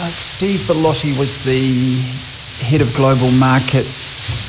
ah steve bellotti was the head of global markets